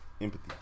Empathy